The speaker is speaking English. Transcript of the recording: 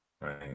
right